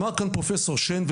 אמר פרופ' שיין,